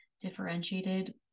differentiated